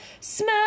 smell